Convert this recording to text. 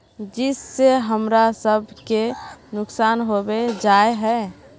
जिस से हमरा सब के नुकसान होबे जाय है?